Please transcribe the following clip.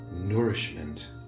nourishment